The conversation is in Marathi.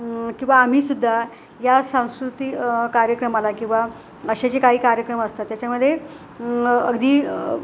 किंवा आम्हीसुद्धा या सांस्कृतिक कार्यक्रमाला किंवा असे जे काही कार्यक्रम असतात त्याच्यामध्ये अगदी